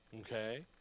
Okay